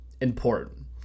important